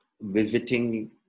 visiting